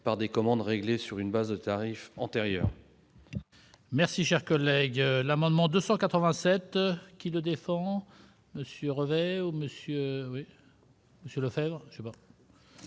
par des commandes réglées sur une base de tarif antérieure.